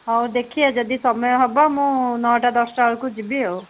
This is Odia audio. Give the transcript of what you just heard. ହଉ ଦେଖିବା ଯଦି ସମୟ ହେବ ମୁଁ ନଅଟା ଦଶଟାବେଳକୁ ଯିବି ଆଉ